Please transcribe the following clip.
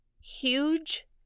huge